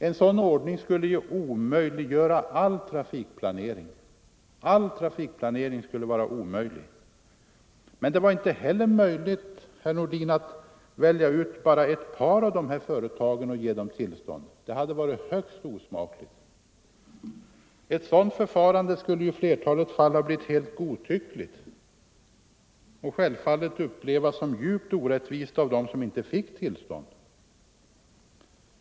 En sådan ordning skulle omöjliggöra all trafikplanering. Det var inte heller möjligt att välja ut ett par av dessa företag och ge dem tillstånd. Det hade varit högst osmakligt. Ett sådant förfarande skulle i flertalet fall blivit helt godtyckligt och självfallet upplevts som djupt orättvist av dem som inte fick tillstånd.